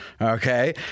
Okay